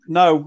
no